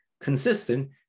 consistent